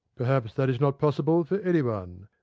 perhaps that is not possible for anyone.